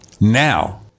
Now